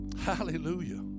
Hallelujah